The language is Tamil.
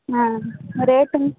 ஆ ரேட்டுங்க